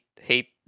hate